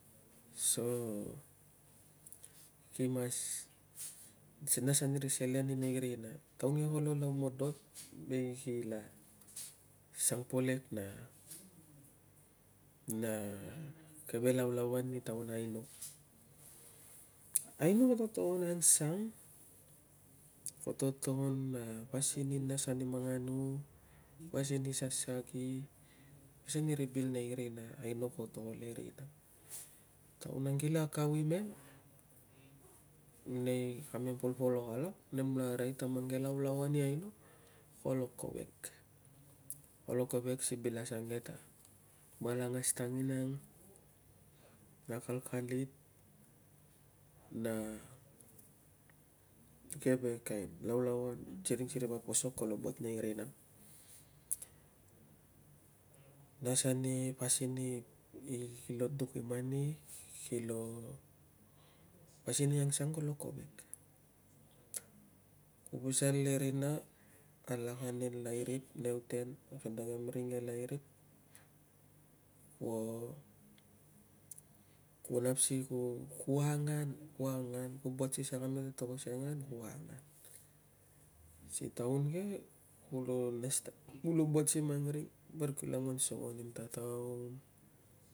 So ki mas, si nas ani ri selen i nei rina. Taun ke kolo lau modot ni ki la sang polek na, na keve laulauan i taun aino. Aino koto togon a angsang, koto togon a pasin i nas ani manganu, pasin i sasagi using ri bil i nei rina aino koto ol e rina. Taun ang kila akau imem, nei kamem polpolok alak, nem la arai ta mang ke laulauan i aino kolo kovek, kolo kovek si bil asuang ke ta, malangas tanginang na akalkalit na keve kain laulauan si ring si ri vap posok kolo buat nei rina. Nas ani pasin i no duk i mani, pasin i angsang kolo kovek. Ku pasal le rina alak ane lairip, nei uten si kem ta mang ring e lairip, kuo kuo nap si ku angan, ku angan ku buat si saka metetokosiangan ku angan. Si taun ke, kulo nas ta kulo buat simang ring parik kila anguan songo nim ta tau,